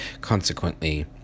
Consequently